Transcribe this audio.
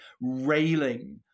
railing